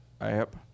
app